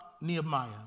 Nehemiah